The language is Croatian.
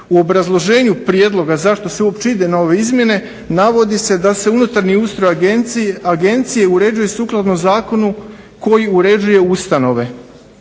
U obrazloženju prijedloga zašto se uopće ide na ove izmjene, navodi se da se unutarnji ustroj Agencije uređuje sukladno Zakonu koji uređuje ustanove.